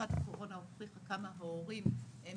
תקופת הקורונה הוכיחה כמה ההורים הם